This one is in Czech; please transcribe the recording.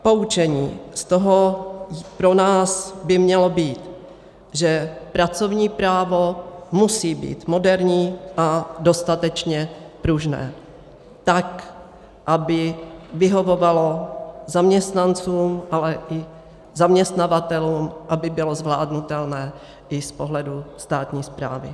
Poučení z toho pro nás by mělo být, že pracovní právo musí být moderní a dostatečně pružné, tak aby vyhovovalo zaměstnancům, ale i zaměstnavatelům, aby bylo zvládnutelné i z pohledu státní správy.